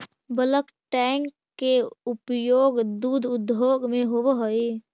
bulk tank के उपयोग दुग्ध उद्योग में होवऽ हई